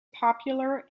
popular